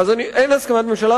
אין הסכמת ממשלה,